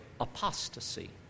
apostasy